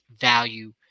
value